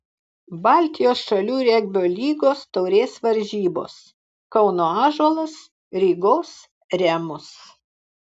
baltijos šalių regbio lygos taurės varžybos kauno ąžuolas rygos remus